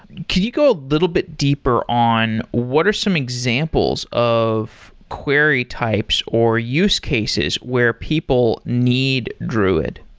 can you go a little bit deeper on what are some examples of query types, or use cases where people need druid?